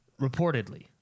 reportedly